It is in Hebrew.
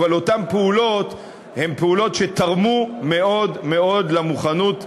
אבל אותן פעולות הן פעולות שתרמו מאוד מאוד למוכנות.